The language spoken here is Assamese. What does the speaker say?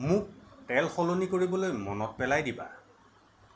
মোক তেল সলনি কৰিবলৈ মনত পেলাই দিবা